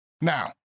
Now